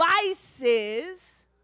devices